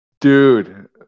dude